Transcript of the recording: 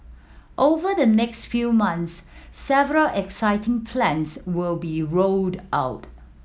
over the next few months several exciting plans will be rolled out